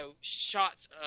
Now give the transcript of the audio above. shots